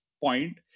point